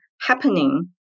happening